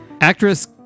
Actress